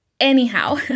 Anyhow